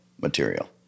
material